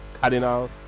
cardinal